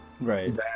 Right